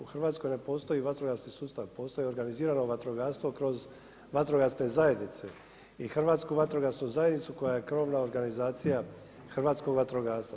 U Hrvatskoj ne postoji vatrogasni sustav, postoji organizirano vatrogastvo kroz vatrogasne zajednice i Hrvatsku vatrogasnu zajednicu koja je krovna organizacija hrvatskog vatrogastva.